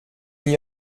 n’y